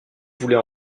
voulait